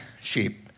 sheep